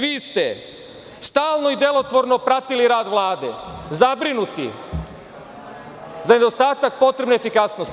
Vi ste stalno i delotvorno pratili rad Vlade, zabrinuti za nedostatak potrebne efikasnosti.